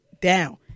down